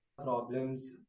problems